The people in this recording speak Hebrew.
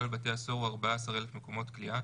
בתי הסוהר הוא 14,000 מקומות כליאה.